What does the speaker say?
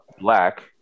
black